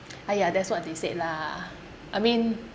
ah yeah that's what they said lah I mean